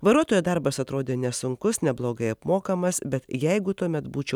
vairuotojo darbas atrodė nesunkus neblogai apmokamas bet jeigu tuomet būčiau